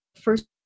first